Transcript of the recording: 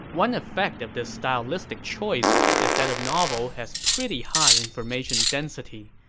one effect of this stylistic choice is that the novel has pretty high information density.